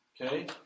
Okay